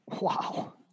Wow